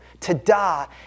Tada